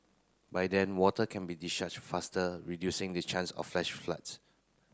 by then water can be discharged faster reducing the chance of flash floods